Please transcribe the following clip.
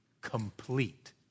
complete